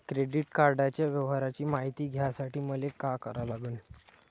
Credit कार्डाच्या व्यवहाराची मायती घ्यासाठी मले का करा लागन?